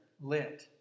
lit